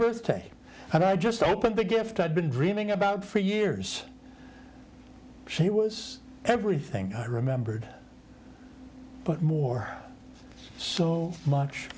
birthday and i just opened the gift i'd been dreaming about for years she was everything i remembered but more so much